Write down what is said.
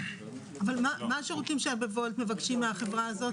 מהם השירותים שבוולט מבקשים מהחברה הזאת?